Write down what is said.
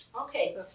Okay